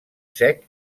sec